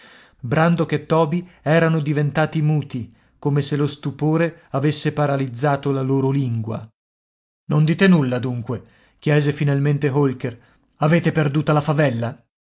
brandok e toby erano diventati muti come se lo stupore avesse paralizzato loro la lingua non dite nulla dunque chiese finalmente holker avete perduta la favella